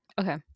Okay